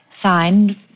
Signed